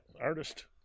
artist